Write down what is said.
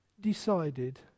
decided